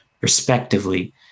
respectively